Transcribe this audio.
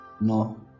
No